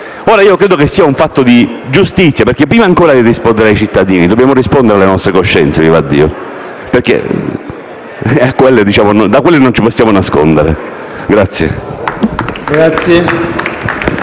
Io credo che sia un fatto di giustizia, perché ancor prima di rispondere ai cittadini, dobbiamo rispondere alle nostre coscienze, perché da quelle non ci possiamo nascondere.